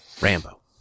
Rambo